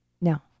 No